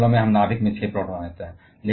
सभी मामलों में हम नाभिक में 6 प्रोटॉन होते हैं